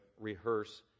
rehearse